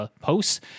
posts